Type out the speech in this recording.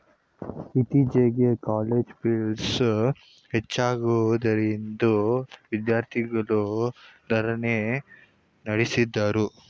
ಇತ್ತೀಚೆಗೆ ಕಾಲೇಜ್ ಪ್ಲೀಸ್ ಹೆಚ್ಚಾಗಿದೆಯೆಂದು ವಿದ್ಯಾರ್ಥಿಗಳು ಧರಣಿ ನಡೆಸಿದರು